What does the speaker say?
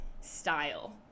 style